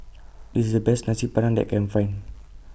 This IS The Best Nasi Padang that I Can Find